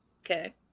okay